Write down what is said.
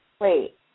Wait